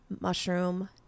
mushroom